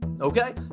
Okay